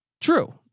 True